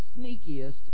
sneakiest